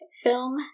film